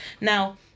Now